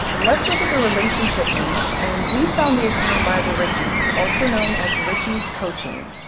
let's look at the relationship niche. and we found the account by the richie's also known as richie's coaching.